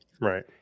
Right